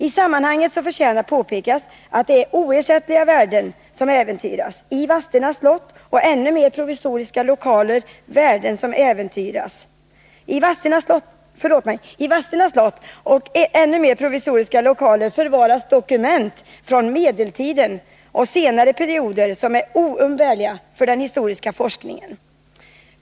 I sammanhanget förtjänar påpekas att det är oersättliga värden som äventyras. I Vadstena slott och i ännu mer provisoriska lokaler förvaras dokument från medeltiden och senare perioder som är oumbärliga för den historiska forskningen.